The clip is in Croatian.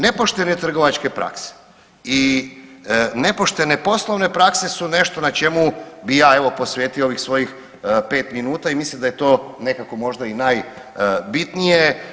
Nepoštene trgovačke prakse i nepoštene poslovne prakse su nešto na čemu bih ja evo posvetio ovih svojih pet minuta i mislim da je to nekako možda i najbitnije.